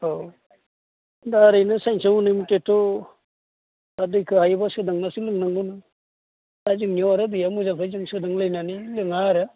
औ दा ओरैनो सानसेयाव नियममथेथ' दा दैखौ हायोबा सोदांनानैसो लोंनांगोन आरो जोंनियाव आरो दैया मोजांखाय जों सोदां लायनानै लोङा आरो